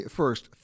first